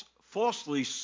falsely